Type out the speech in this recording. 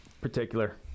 particular